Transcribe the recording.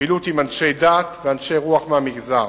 פעילות עם אנשי דת ואנשי רוח מהמגזר,